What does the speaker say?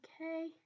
okay